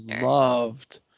loved